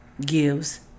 gives